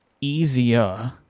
easier